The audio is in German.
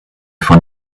von